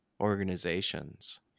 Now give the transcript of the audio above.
organizations